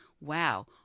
wow